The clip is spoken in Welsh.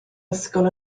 ysgol